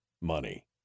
money